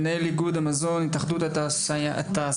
יו"ר התאחדות המזון בהתאחדות התעשיינים,